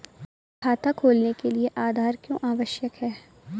खाता खोलने के लिए आधार क्यो आवश्यक है?